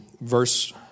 verse